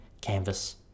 canvas